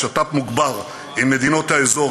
שת"פ מוגבר עם מדינות האזור,